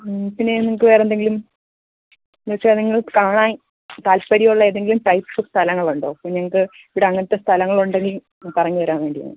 പിന്നെ നിങ്ങൾക്ക് വേറെ എന്തെങ്കിലും എന്നു വച്ചാൽ നിങ്ങൾ കാണാൻ താൽപ്പര്യമുള്ള ഏതെങ്കിലും ടൈപ്പ് സ്ഥലങ്ങളുണ്ടോ ഇപ്പോൾ ഞങ്ങൾക്ക് ഇവിടെ അങ്ങനത്തെ സ്ഥലങ്ങളുണ്ടെങ്കിൽ ഒന്ന് പറഞ്ഞു തരാൻ വേണ്ടിയാണ്